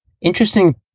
interesting